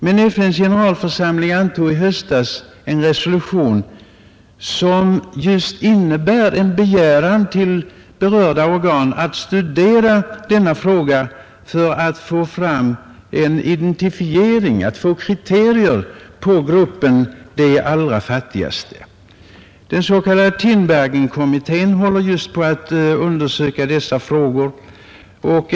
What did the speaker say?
FN:s generalförsamling antog emellertid i höstas en resolution som innebär en begäran till berörda organ att studera denna fråga för att få fram en identifiering, få kriterier på gruppen ”de allra fattigaste”. Den s.k. Tinbergenkommittén håller på att undersöka dessa frågor.